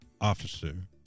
Officer